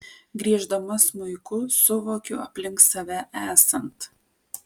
grieždama smuiku suvokiu aplink save esant